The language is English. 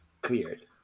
cleared